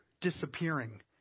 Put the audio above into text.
disappearing